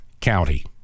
county